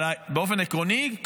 אבל באופן עקרוני,